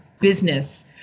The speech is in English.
business